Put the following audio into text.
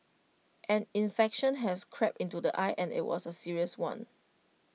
an infection has crept into the eye and IT was A serious one